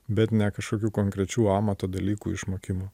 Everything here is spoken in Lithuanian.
bet ne kažkokių konkrečių amato dalykų išmokimo